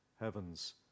heaven's